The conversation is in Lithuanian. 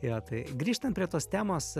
jo tai grįžtan prie tos temos